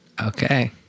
Okay